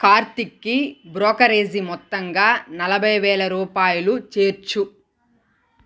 కార్తిక్కి brokerage మొత్తంగా నలభై వేల రూపాయలు చేర్చు